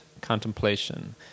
contemplation